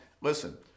listen